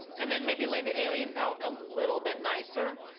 and then maybe lay the aliens out a little bit nicer.